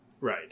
Right